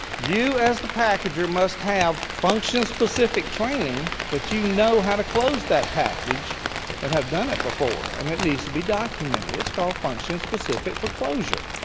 you as the packager must have function specific training that you know how to close that package and have done it before, and it needs to be documented. it's called function specific for closure.